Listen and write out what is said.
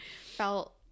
felt